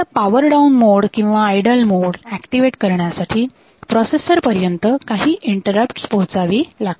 power down mode किंवा idle mode activate करण्यासाठी processor पर्यंत काही इंटरप्ट पोहोचावी लागतात